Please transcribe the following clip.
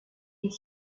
est